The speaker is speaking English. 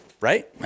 Right